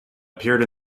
appeared